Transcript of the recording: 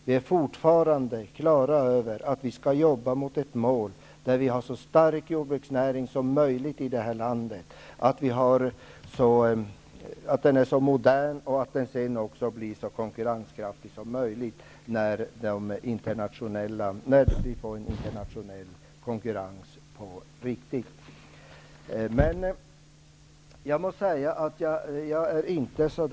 Vi är fortfarande övertygade om riktigheten i att arbeta mot ett mål som innebär så stark, modern och konkonkurrenskraftig jorbruksnäring som möjligt i vårt land när vi får en internationell konkurrens på riktigt. Jag är dock inte riktigt belåten.